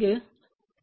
இங்கு